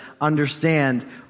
understand